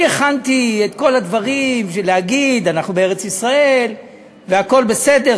אני הכנתי את כל הדברים בשביל להגיד: אנחנו בארץ-ישראל והכול בסדר.